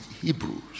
Hebrews